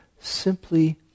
Simply